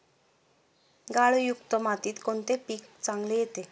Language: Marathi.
गाळयुक्त मातीत कोणते पीक चांगले येते?